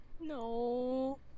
No